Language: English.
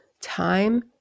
time